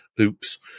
Oops